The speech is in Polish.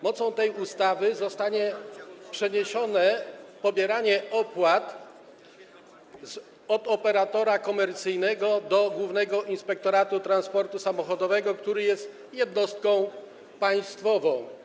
Mocą tej ustawy zostanie przeniesione pobieranie opłat od operatora komercyjnego do Głównego Inspektoratu Transportu Samochodowego, który jest jednostką państwową.